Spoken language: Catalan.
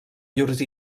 llurs